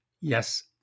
Yes